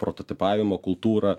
prototipavimo kultūrą